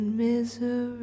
misery